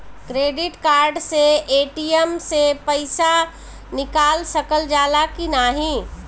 Credit card से ATM से पइसा निकाल सकल जाला की नाहीं?